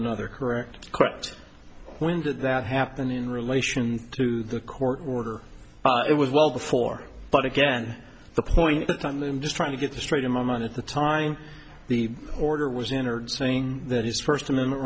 no other correct correct when did that happen in relation to the court order it was while before but again the point i'm just trying to get the straight in my mind at the time the order was in or showing that his first amendment